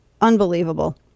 Unbelievable